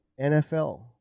NFL